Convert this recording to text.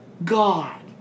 God